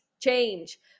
change